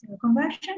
conversion